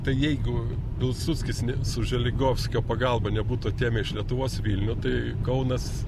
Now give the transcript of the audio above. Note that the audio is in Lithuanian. tai jeigu pilsudskis ne su želigovskio pagalba nebūtų atėmę iš lietuvos vilnių tai kaunas